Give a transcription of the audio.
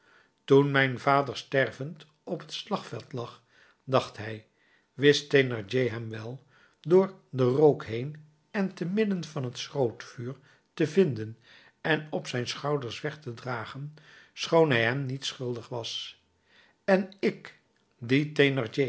toen mijn vader stervend op het slagveld lag dacht hij wist thénardier hem wel door den rook heen en te midden van het schrootvuur te vinden en op zijn schouders weg te dragen schoon hij hem niets schuldig was en ik die